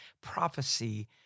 prophecy